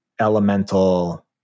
elemental